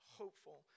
hopeful